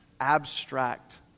abstract